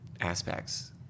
aspects